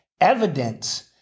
evidence